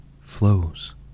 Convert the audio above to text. flows